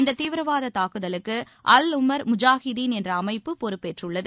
இந்த தீவிரவாத தாக்குதலுக்கு அல் உமர் முஜாஹிதீன் என்ற அமைப்பு பொறுப்பேற்றுள்ளது